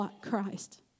Christ